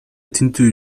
тинтүү